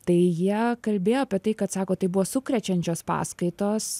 tai jie kalbėjo apie tai kad sako tai buvo sukrečiančios paskaitos